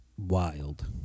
wild